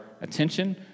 attention